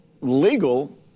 legal